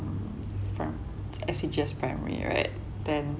S_C_G_S primary [right] then